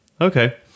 Okay